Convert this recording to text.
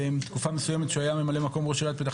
תקופה מסויימת שהוא היה ממלא מקום ראש עיריית פתח